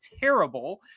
terrible